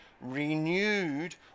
renewed